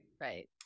Right